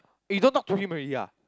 you don't talk to him already